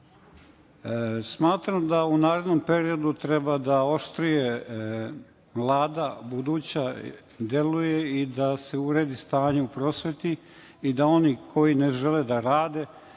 da u narednom periodu treba da oštrije deluje buduća Vlada i da se uredi stanje u prosveti i da oni koji ne žele da rade